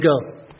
go